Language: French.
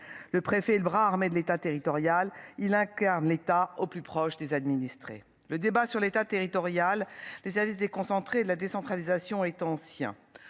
le préfet et le bras armé de l'État territorial, il incarne l'État au plus proche des administrés, le débat sur l'État territoriale les services déconcentrés, la décentralisation est ancien